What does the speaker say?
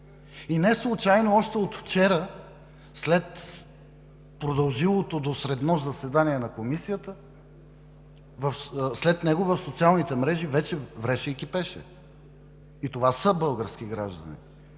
Неслучайно още от вчера – след продължилото до среднощ заседание на Комисията, в социалните мрежи вече вреше и кипеше. И това са български граждани.